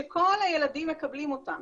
שכל הילדים מקבלים אותן.